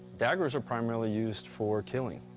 daggers are primarily used for killing,